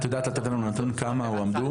את יודעת לתת לנו נתון כמה הועמדו